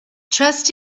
trust